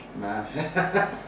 man